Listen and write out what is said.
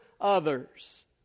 others